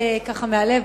ככה מהלב,